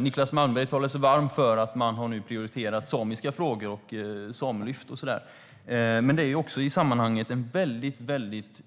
Niclas Malmberg talar sig varm för att de nu har prioriterat samiska frågor, samelyft och annat, men det är i sammanhanget en mycket